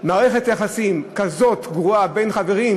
להיות מערכת יחסים כזאת גרועה בין חברים,